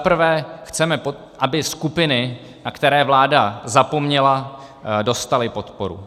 Zaprvé chceme, aby skupiny, na které vláda zapomněla, dostaly podporu.